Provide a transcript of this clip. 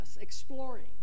exploring